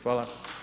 Hvala.